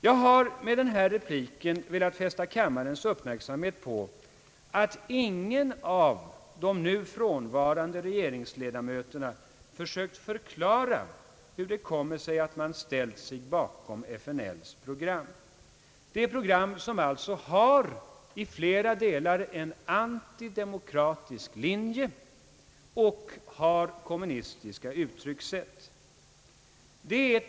Jag har med den här repliken velat fästa kammarens uppmärksamhet på att ingen av de nu frånvarande regerings ledamöterna försökt förklara hur det kommer sig att man ställt sig bakom FNL:s program, ett program som i flera delar har en antidemokratisk linje och kommunistiska uttryckssätt.